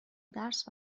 درس